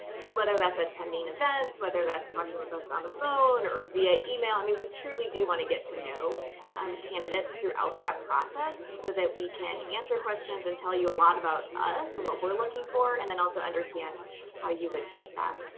so whether that's attending events, whether that's talking with us on the phone or via email, i mean we truly do want to get to know candidates throughout that process so that we can answer questions and tell you a lot about us and what we're looking for, and then also understand how you would fit that.